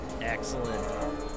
Excellent